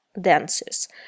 dances